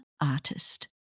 Artist